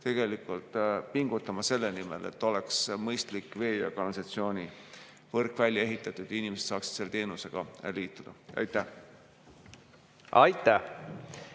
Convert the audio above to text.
inimest – pingutama selle nimel, et oleks mõistlik vee- ja kanalisatsioonivõrk välja ehitatud ning inimesed saaksid selle teenusega liituda. Aitäh!